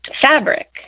fabric